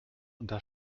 unter